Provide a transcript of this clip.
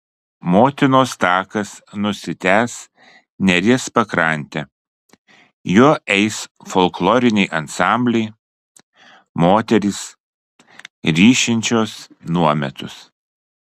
motinos takas nusitęs neries pakrante juo eis folkloriniai ansambliai moterys ryšinčios nuometus